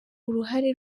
uruhare